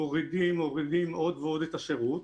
מורידים עוד ועוד את השירות,